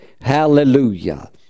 Hallelujah